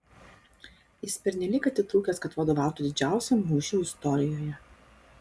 jis pernelyg atitrūkęs kad vadovautų didžiausiam mūšiui istorijoje